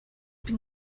been